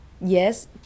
Yes